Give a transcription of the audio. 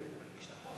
אני אגיש את החוק.